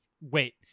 Wait